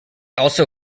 also